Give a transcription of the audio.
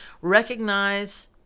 recognize